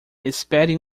espere